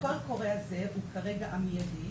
אז הקול הקורא הזה הוא כרגע המיידי,